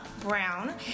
Brown